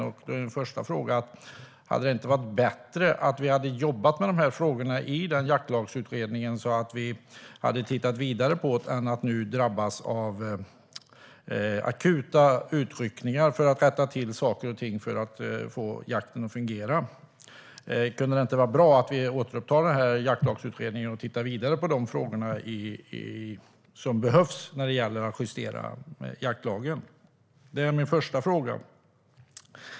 Min första fråga är om det inte hade varit bättre att jobba med dessa frågor i Jaktlagsutredningen och titta vidare på dem där i stället för att, som nu, drabbas av akuta utryckningar för att rätta till saker och ting för att få jakten att fungera. Kunde det inte vara bra att återuppta Jaktlagsutredningen och titta vidare på vad som behöver göras när det gäller att justera jaktlagen? Det är min första fråga.